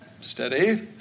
Steady